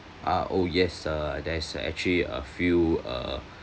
ah oh yes err there's actually a few uh